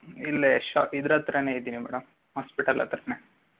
ಇಲ್ಲೇ ಶಾಪ್ ಇದ್ರ ಹತ್ರನೆ ಇದ್ದೀನಿ ಮೇಡಮ್ ಹಾಸ್ಪಿಟಲ್ ಹತ್ರನೇ